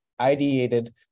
ideated